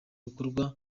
gutorwa